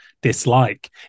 dislike